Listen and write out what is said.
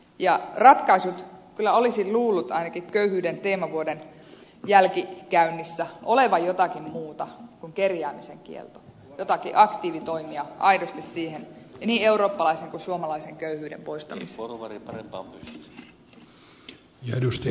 ja ratkaisujen kyllä olisi luullut ainakin köyhyyden teemavuoden jälkikäynnissä olevan jotakin muuta kuin kerjäämisen kielto joitakin aktiivitoimia aidosti niin eurooppalaisen kuin suomalaisen köyhyyden poistamiseen